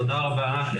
תודה רבה,